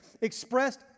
expressed